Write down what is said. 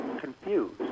confused